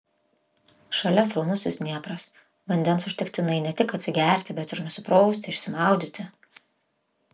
šalia sraunusis dniepras vandens užtektinai ne tik atsigerti bet ir nusiprausti išsimaudyti